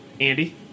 Andy